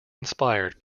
inspired